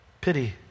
Pity